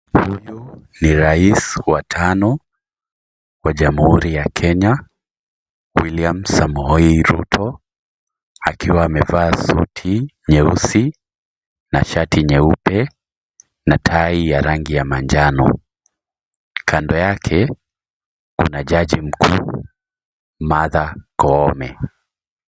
Huyu ni raisi wa tano wa jamhuri wa Kenya, William Samoei Ruto. Akiwa amevaa suti nyeusi na shati nyeupe na tai ya rangi ya manjano. Kando yake kuna jaji mkuu Martha Koome.